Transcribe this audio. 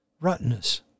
rottenness